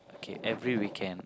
okay every weekend